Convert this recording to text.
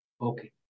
Okay